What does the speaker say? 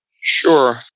Sure